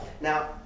Now